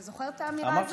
אתה זוכר את האמירה הזו?